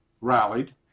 rallied